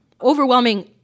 overwhelming